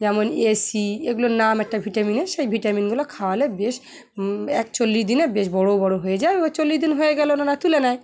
যেমন এসি এগুলোর নাম একটা ভিটামিনের সেই ভিটামিনগুলো খাওয়ালে বেশ একচল্লিশ দিনে বেশ বড়ো বড়ো হয়ে যায় ও চল্লিশ দিন হয়ে গেল না না তুলে নেয়